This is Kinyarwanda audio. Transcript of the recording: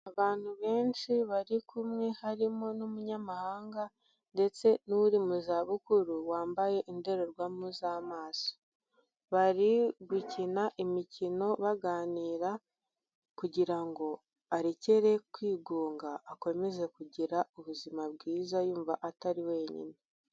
Abantu benshi bari kumwe harimo n'Umunyamahanga ndetse n'uri mu zabukuru wambaye indorerwamu z'amaso, bari gukina imikino baganira kugira ngo arekere kwigunga akomeze kugira ubuzima bwiza yumva atari wenyine.